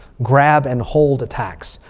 grab and hold attacks.